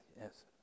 Yes